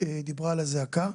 היא דיברה על הזעקה.